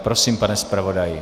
Prosím, pane zpravodaji.